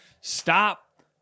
Stop